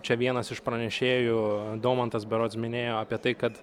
čia vienas iš pranešėjų daumantas berods minėjo apie tai kad